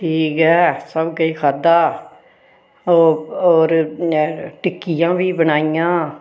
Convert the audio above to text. ठीक ऐ सब्भ किश खाद्धा होर होर टिक्कियां बी बनाइयां